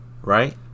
Right